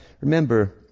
remember